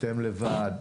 אתם לבד,